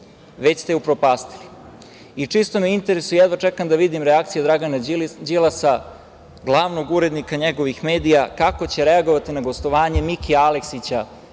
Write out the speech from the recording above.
već ste je upropastili, i čisto me interesuje, jedva čekam da vidim reakcije Dragana Đilasa, glavnog urednika njegovih medija, kako će reagovati na gostovanje Mike Aleksića,